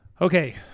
Okay